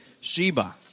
Sheba